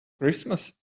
christmas